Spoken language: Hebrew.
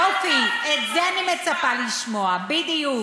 יופי, את זה אני מצפה לשמוע, בדיוק.